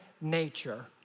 nature